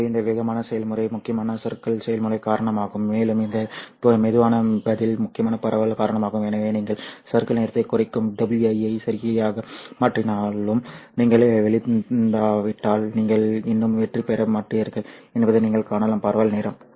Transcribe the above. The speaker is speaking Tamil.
எனவே இந்த வேகமான செயல்முறை முக்கியமாக சறுக்கல் செயல்முறை காரணமாகும் மேலும் இந்த மெதுவான பதில் முக்கியமாக பரவல் காரணமாகும் எனவே நீங்கள் சறுக்கல் நேரத்தைக் குறைக்கும் WI ஐ சிறியதாக மாற்றினாலும் நீங்கள் வீழ்த்தாவிட்டால் நீங்கள் இன்னும் வெற்றிபெற மாட்டீர்கள் என்பதை நீங்கள் காணலாம் பரவல் நேரம்